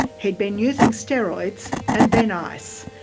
he'd been using steroids and then ice.